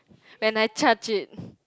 when I charge it